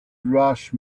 rush